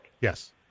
Yes